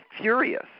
furious